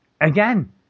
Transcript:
again